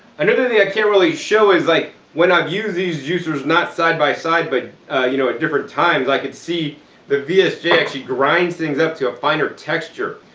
another thing i can't really show is like when i've used these juicers, not side by side but you know at different times, i could see the vsj actually grinds things up to a finer texture.